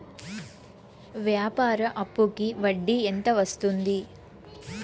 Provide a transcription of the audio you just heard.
వ్యాపార అప్పుకి వడ్డీ ఎంత వస్తుంది?